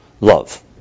love